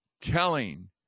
telling